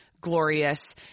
glorious